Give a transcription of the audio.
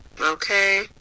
Okay